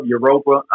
Europa